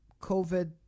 COVID